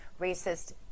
racist